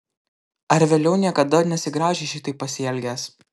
ar vėliau niekada nesigraužei šitaip pasielgęs